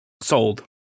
sold